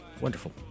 wonderful